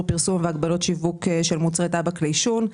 פרסום והגבלות שיווק של מוצרי טבק ועישון,